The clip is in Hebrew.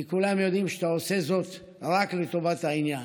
כי כולם יודעים שאתה עושה זאת רק לטובת העניין.